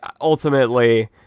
ultimately